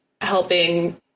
helping